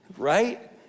right